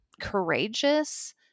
courageous